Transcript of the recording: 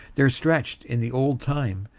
there stretched, in the old time,